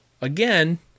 again